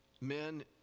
men